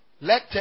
let